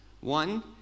One